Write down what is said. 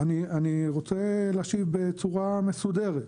אני רוצה להשיב בצורה מסודרת.